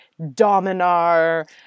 Dominar